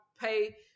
pay